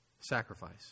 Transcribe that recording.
Sacrifice